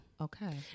Okay